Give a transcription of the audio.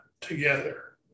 together